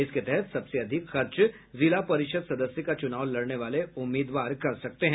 इसके तहत सबसे अधिक खर्च जिला परिषद सदस्य का चुनाव लड़ने वाले उम्मीदवार कर सकते हैं